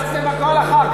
אתם קיצצתם הכול אחר כך.